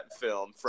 film